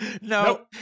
No